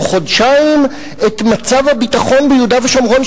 חודשיים את מצב הביטחון ביהודה ושומרון,